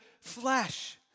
flesh